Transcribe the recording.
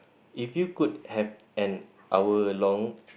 if you could have an hour long